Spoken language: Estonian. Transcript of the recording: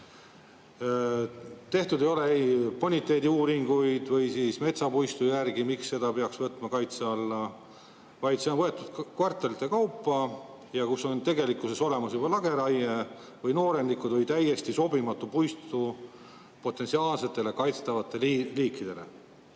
Tehtud ei ole ei boniteediuuringuid ega metsa puistu uuringuid, miks selle peaks võtma kaitse alla, vaid see on võetud kvartalite kaupa, kus on tegelikkuses olemas juba lageraie või noorendikud või täiesti sobimatu puistu potentsiaalsetele kaitstavatele liikidele.